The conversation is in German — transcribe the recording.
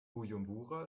bujumbura